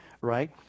right